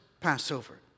Passover